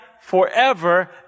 forever